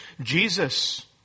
Jesus